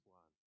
one